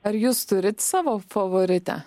ar jūs turit savo favoritę